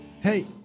Hey